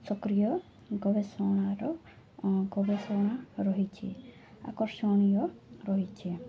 ସକ୍ରିୟ ଗବେଷଣାର ଗବେଷଣା ରହିଛି ଆକର୍ଷଣୀୟ ରହିଛି